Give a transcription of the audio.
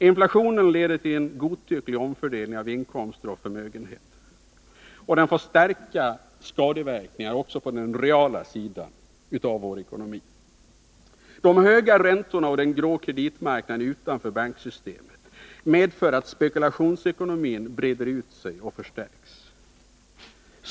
Inflationen leder till en godtycklig omfördelning av inkomster och förmögenheter, och den får starka skadeverkningar också på den reala sidan av vår ekonomi. De höga räntorna och den grå kreditmarknaden utanför banksystemet medför att spekulationsekonomin breder ut sig och förstärks.